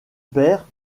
père